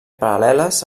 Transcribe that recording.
paral·leles